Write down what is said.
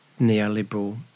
neoliberal